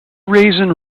raisin